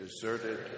deserted